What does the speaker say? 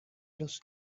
los